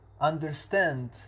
understand